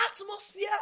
atmosphere